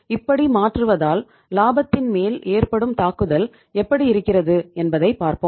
இப்படி மாற்றுவதால் லாபத்தின் மேல் ஏற்படும் தாக்குதல் எப்படி இருக்கிறது என்பதை பார்ப்போம்